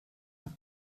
und